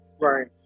Right